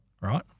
right